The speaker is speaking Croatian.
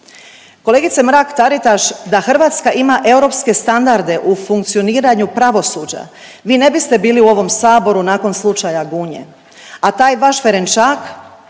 Kolegice Mrak-Taritaš da Hrvatska ima europske standarde u funkcioniranju pravosuđa vi ne biste bili u ovom Saboru nakon slučaja Gunje, a taj vaš Ferenčak